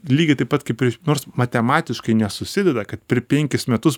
lygiai taip pat kaip ir nors matematiškai nesusideda kad per penkis metus